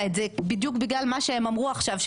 את זה בדיוק בגלל מה שהם אמרו עכשיו,